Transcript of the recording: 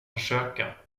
försöka